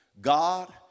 God